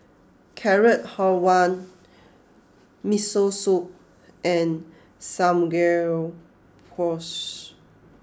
Carrot Halwa Miso Soup and Samgeyopsal